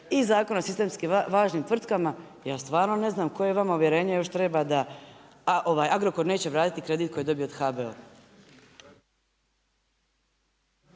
i Zakona o sistemski važnim tvrtkama, ja stvarno ne znam koje vama uvjerenje još treba a Agrokor neće vratiti kredit koji je dobio od HBOR-a.